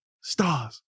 stars